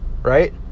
right